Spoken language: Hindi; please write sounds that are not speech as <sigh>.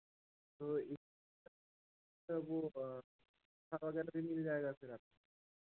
तो यह सर वह <unintelligible> वगैरह भी मिल जाएगा सर आप